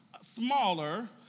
smaller